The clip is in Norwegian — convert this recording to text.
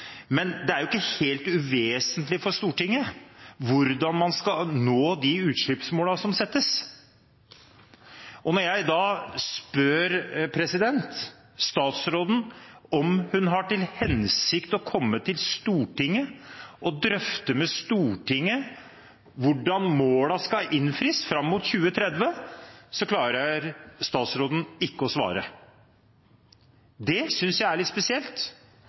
Men det er jo ikke helt uvesentlig for Stortinget hvordan man skal nå de utslippsmålene som settes. Når jeg da spør statsråden om hun har til hensikt å komme til Stortinget og drøfte med Stortinget hvordan målene skal innfris fram mot 2030, så klarer ikke statsråden å svare. Det synes jeg er litt spesielt,